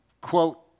quote